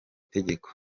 tegeko